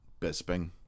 Bisping